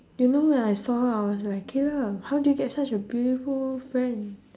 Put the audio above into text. you know when I saw her I was like caleb how did you get such a beautiful friend